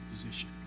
position